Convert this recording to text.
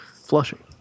Flushing